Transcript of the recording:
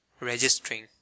Registering